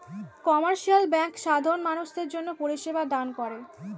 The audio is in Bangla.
কমার্শিয়াল ব্যাঙ্ক সাধারণ মানুষদের জন্যে পরিষেবা দান করে